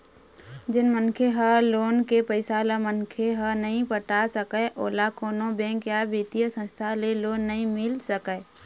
जेन मनखे ह लोन के पइसा ल मनखे ह नइ पटा सकय ओला कोनो बेंक या बित्तीय संस्था ले लोन नइ मिल सकय